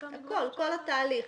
הכול, כל התהליך.